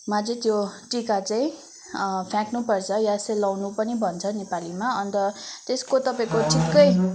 मा चाहिँ त्यो टिका चाहिँ फ्याँक्नुपर्छ या सेलाउनु पनि भन्छन् नेपालीमा अन्त त्यसको तपाईँको छुट्टै